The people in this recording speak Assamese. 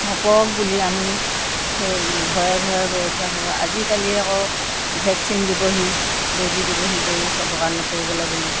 নপৰক বুলি আমি সেই ঘৰে ঘৰে গৰখীয়া হ'ব আজিকালি আকৌ ভেকচিন দিবহি বেজী দিবহি গৰু চবকাত নপৰিবলৈ বুলি